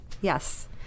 Yes